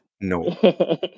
No